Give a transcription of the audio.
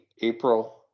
April